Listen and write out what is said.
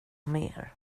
mer